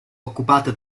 occupata